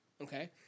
Okay